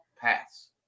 pass